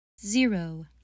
Zero